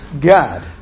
God